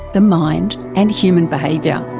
the mind and human behaviour.